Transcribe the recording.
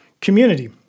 community